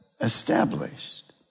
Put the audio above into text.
established